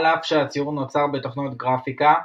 על אף שהציור נוצר בתוכנות גרפיקה,